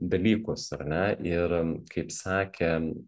dalykus ar ne ir kaip sakė